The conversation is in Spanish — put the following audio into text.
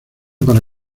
para